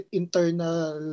internal